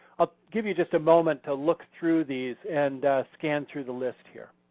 i'll give you just a moment to look through these and scan through the list here.